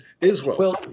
Israel